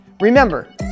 Remember